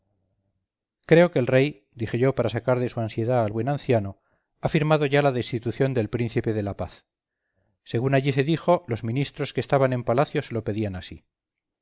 creo que el rey dije yo para sacar de su ansiedad al buen anciano ha firmado ya la destitución del príncipe de la paz según allí se dijo los ministros que estaban en palacio se lo pedían así